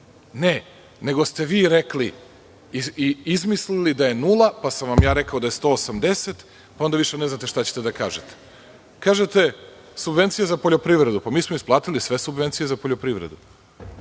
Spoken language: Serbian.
Ne. Nego ste vi rekli i izmislili da je nula, pa sam vam ja rekao da je 180, onda više ne znate šta ćete da kažete. Kažete subvencije za poljoprivredu. Mi smo isplatili sve subvencije za poljoprivredu.